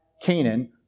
Canaan